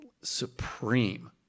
supreme